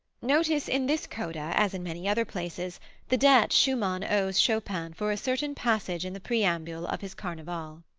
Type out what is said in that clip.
notice in this coda as in many other places the debt schumann owes chopin for a certain passage in the preambule of his carneval.